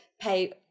pay